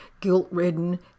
guilt-ridden